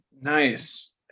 Nice